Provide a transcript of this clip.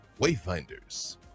wayfinders